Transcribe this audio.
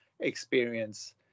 experience